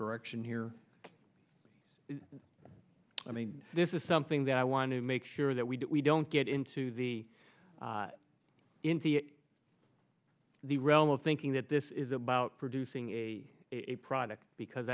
direction here i mean this is something that i want to make sure that we don't get into the into the realm of thinking that this is about producing a product because